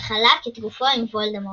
וחלק את גופו עם וולדמורט.